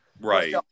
right